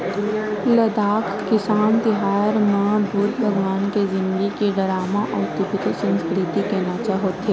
लद्दाख किसान तिहार म बुद्ध भगवान के जिनगी के डरामा अउ तिब्बती संस्कृति के नाचा होथे